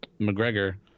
McGregor